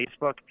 Facebook